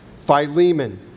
Philemon